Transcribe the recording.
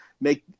make